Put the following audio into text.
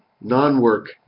non-work